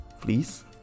please